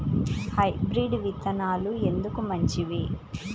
Hybrid విత్తనాలు ఎందుకు మంచివి?